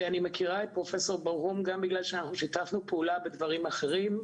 ואני מכירה את פרופסור ברהום גם בגלל שאנחנו שיתפנו פעולה בדברים אחרים,